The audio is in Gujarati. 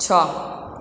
છ